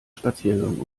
spaziergang